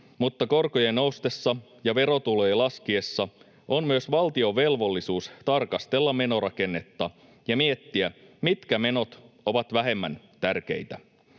mutta korkojen noustessa ja verotulojen laskiessa on myös valtion velvollisuus tarkastella menorakennetta ja miettiä, mitkä menot ovat vähemmän tärkeitä.